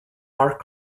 are